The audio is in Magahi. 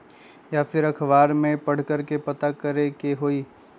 या फिर अखबार में पढ़कर के पता करे के होई?